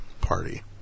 party